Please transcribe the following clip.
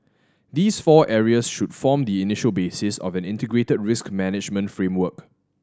these four areas should form the initial basis of an integrated risk management framework